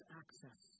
access